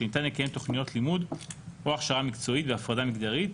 שניתן לקיים תוכניות לימוד או הכשרה מקצועית בהפרדה מגדרית,